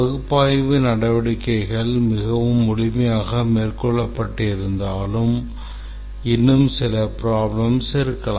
பகுப்பாய்வு நடவடிக்கைகள் மிகவும் முழுமையாக மேற்கொள்ளப்பட்டிருந்தாலும் இன்னும் சில problems இருக்கலாம்